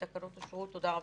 התקנות אושרו, תודה רבה.